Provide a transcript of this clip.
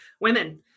women